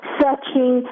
searching